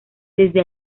desde